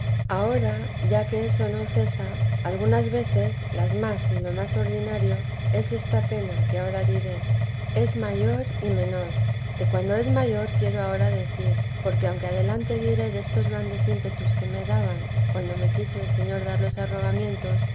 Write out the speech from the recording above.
ahora ya que eso no cesa algunas veces las más y lo más ordinario es esta pena que ahora diré es mayor y menor de cuando es mayor quiero ahora decir porque aunque adelante diré destos grandes ímpetus que me daban cuando me quiso el señor dar los arrobamientos